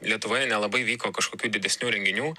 lietuvoje nelabai vyko kažkokių didesnių renginių